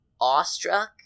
awestruck